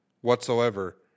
whatsoever